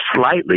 slightly